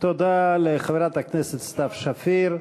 תודה לחברת הכנסת סתיו שפיר.